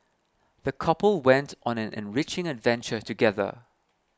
the couple went on an enriching adventure together